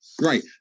right